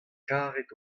karet